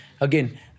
again